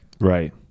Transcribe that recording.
Right